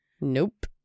Nope